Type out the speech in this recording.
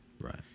Right